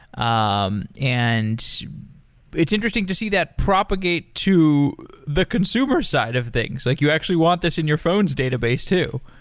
um and it's interesting to see that propagate to the consumer side of things. like you actually want this in your phone's database too.